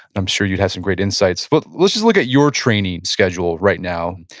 i'm sure you have some great insights. but let's just look at your training schedule right now.